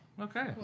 Okay